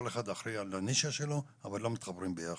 כל אחד אחראי על הנישה שלו, אבל לא מתחברים ביחד.